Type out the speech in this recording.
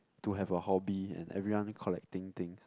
to have a hobby and everyone collecting things